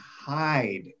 hide